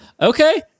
Okay